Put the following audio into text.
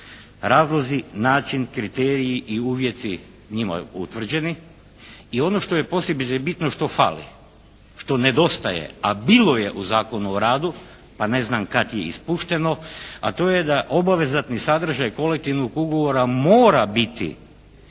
razlozi, način, kriteriji i uvjeti njima utvrđeni. I ono što je posebice bitno, što fali, što nedostaje, a bilo je u Zakonu o radu pa ne znam kad je ispušteno a to je da obvezatni sadržaj kolektivnog ugovora mora biti